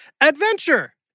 adventure